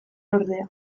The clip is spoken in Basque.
ordea